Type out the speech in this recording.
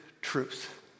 truth